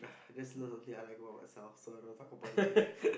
there's lots of thing I like about myself so I don't want talk about it